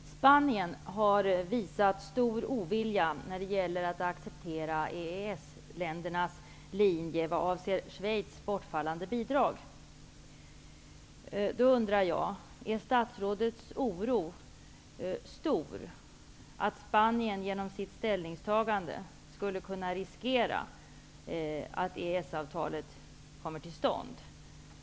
Herr talman! Spanien har visat stor ovilja när det gäller att acceptera EES-ländernas linje vad avser Spaniens ställningstagande skulle kunna innebära en risk för att EES-avtalet inte kommer till stånd?